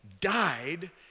died